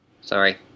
Sorry